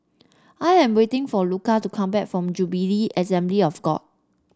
I am waiting for Luca to come back from Jubilee Assembly of God